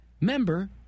Member